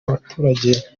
abaturage